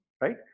right